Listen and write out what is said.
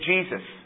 Jesus